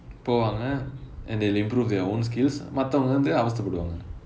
போவாங்க:povaanga then they improve their own skills மத்தவங்க வந்து அவஸ்தை படுவாங்க:mattavanga vanthu avasthai paduvaanga